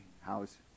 house